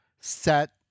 Set